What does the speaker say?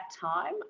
time